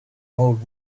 old